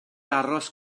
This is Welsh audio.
aros